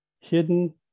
hidden